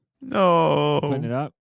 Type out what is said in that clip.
no